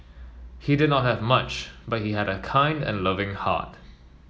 he did not have much but he had a kind and loving heart